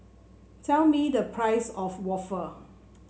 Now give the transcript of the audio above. tell me the price of waffle